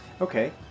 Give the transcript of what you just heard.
Okay